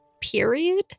Period